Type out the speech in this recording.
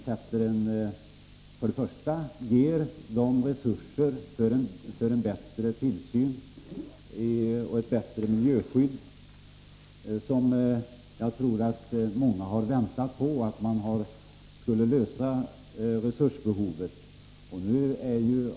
Först och främst ger det resurser för en bättre tillsyn och ett bättre miljöskydd. Jag tror att många har väntat på att det problemet skulle lösas.